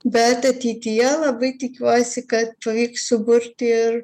bet ateityje labai tikiuosi pavyks suburti ir